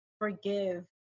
forgive